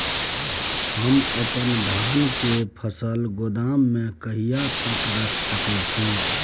हम अपन धान के फसल गोदाम में कहिया तक रख सकैय छी?